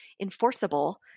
enforceable